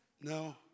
No